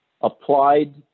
applied